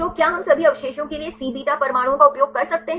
तो क्या हम सभी अवशेषों के लिए Cβ परमाणुओं का उपयोग कर सकते हैं